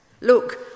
Look